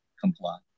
comply